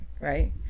right